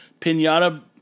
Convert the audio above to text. pinata